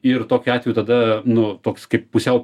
ir tokiu atveju tada nu toks kaip pusiau